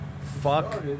Fuck